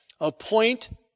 Appoint